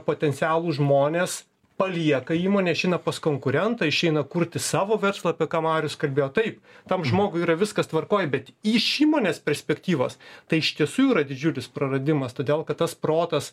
potencialūs žmonės palieka įmonę išeina pas konkurentą išeina kurti savo verslą apie ką marius kalbėjo taip tam žmogui yra viskas tvarkoj bet iš įmonės perspektyvos tai iš tiesų yra didžiulis praradimas todėl kad tas protas